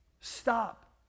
Stop